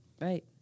right